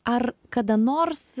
ar kada nors